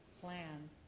plan